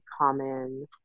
common